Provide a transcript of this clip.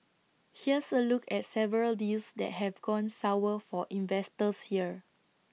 here's A look at several deals that have gone sour for investors here